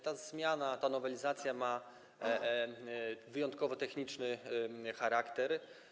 Ta zmiana, ta nowelizacja ma wyjątkowo techniczny charakter.